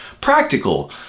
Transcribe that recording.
Practical